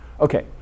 Okay